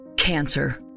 cancer